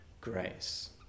grace